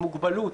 מוגבלות.